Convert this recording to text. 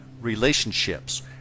relationships